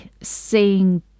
seeing